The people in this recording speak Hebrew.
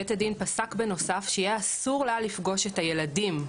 בית הדין פגש בנוסף שיהיה אסור לה לפגוש את הילדים,